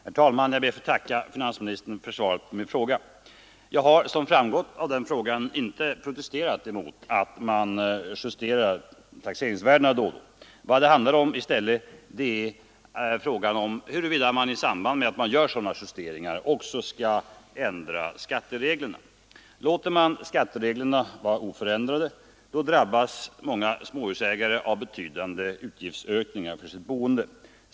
Herr talman! Jag ber att få tacka finansministern för svaret på min fråga. Jag har såsom framgått av frågan inte protesterat mot att man justerar taxeringsvärdena ibland. Vad frågan i stället handlar om är huruvida man i samband med sådana justeringar också skall ändra skattereglerna. Låter man skattereglerna vara oförändrade, drabbas många småhusägare av betydande utgiftsökningar för sitt boende.